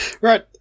Right